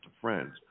friends